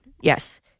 Yes